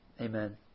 Amen